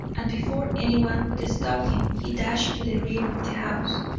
and before anyone could stop him he dashed to the rear of the house.